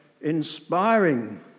inspiring